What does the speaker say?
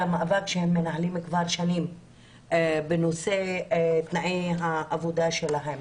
המאבק שהם מנהלים כבר שנים בנושא תנאי העבודה שלהם.